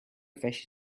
fish